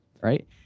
right